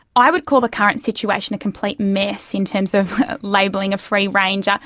i would call the current situation a complete mess in terms of labelling of free range. ah